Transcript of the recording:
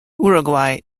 uruguay